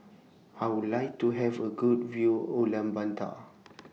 I Would like to Have A Good View Ulaanbaatar